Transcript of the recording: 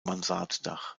mansarddach